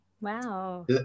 Wow